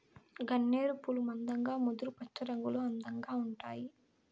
గన్నేరు పూలు మందంగా ముదురు పచ్చరంగులో అందంగా ఉంటాయి